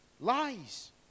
Lies